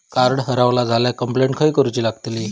Card हरवला झाल्या complaint खय करूची लागतली?